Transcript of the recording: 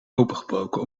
opengebroken